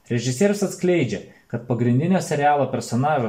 režisierius atskleidžia kad pagrindinio serialo personažo